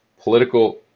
Political